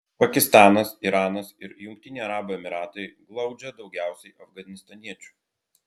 pakistanas iranas ir jungtiniai arabų emyratai glaudžia daugiausiai afganistaniečių